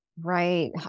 Right